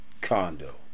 condo